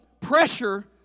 pressure